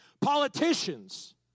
politicians